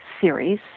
series